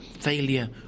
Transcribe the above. failure